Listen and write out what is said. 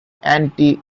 anti